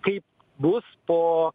kaip bus po